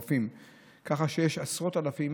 כך שיש עשרות אלפים